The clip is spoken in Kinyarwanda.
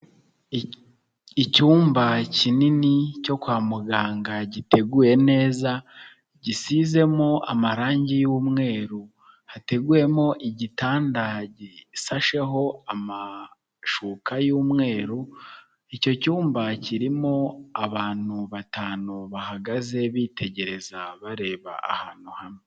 Icyumba kinini cyo kwa muganga giteguye neza, gisizemo amarangi y'mweru, hateguyemo igitanda gisasheho amashuka y'umweru, icyo cyumba kirimo abantu batanu bahagaze bitegereza, bareba ahantu hamwe.